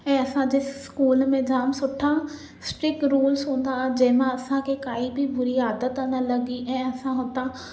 ऐं असांजे स्कूल में जाम सुठा स्ट्रिक रूल्स हूंदा हुआ जंहिंमां असांखे काई बि बुरी आदत न लॻी ऐं असां हुतां